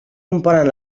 componen